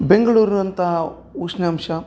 ಬೆಂಗಳೂರು ಅಂತಹ ಉಷ್ಣಾಂಶ